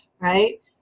right